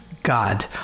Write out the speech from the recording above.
God